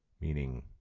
meaning